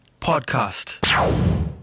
podcast